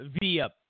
via